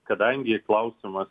kadangi klausimas